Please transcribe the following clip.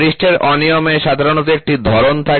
পৃষ্ঠের অনিয়মের সাধারণত একটি ধরন থাকে